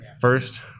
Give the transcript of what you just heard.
first